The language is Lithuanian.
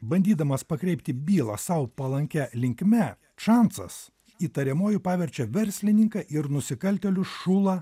bandydamas pakreipti bylą sau palankia linkme čansas įtariamuoju paverčia verslininką ir nusikaltėlių šulą